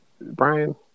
Brian